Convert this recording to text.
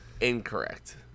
incorrect